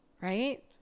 right